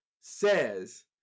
says